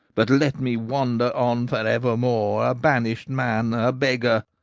but let me wander on for evermore, a banished man, a beggar.